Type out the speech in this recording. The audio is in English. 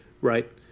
right